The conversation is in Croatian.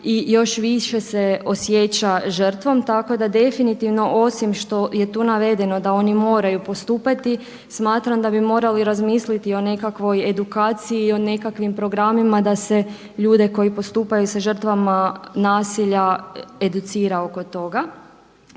i još više se osjeća žrtvom. Tako da definitivno osim što je tu navedeno da oni moraju postupati smatram da bi morali razmisliti o nekakvoj edukaciji i o nekakvim programima da se ljude koji postupaju sa žrtvama nasilja educira oko toga.